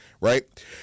right